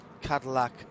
Cadillac